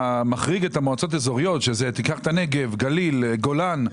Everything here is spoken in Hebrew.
המועצות האזוריות שזה נגב, גליל, גולן,